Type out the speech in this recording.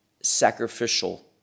sacrificial